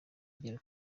igira